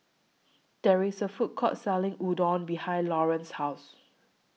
There IS A Food Court Selling Udon behind Lauren's House